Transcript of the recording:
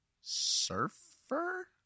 surfer